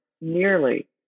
nearly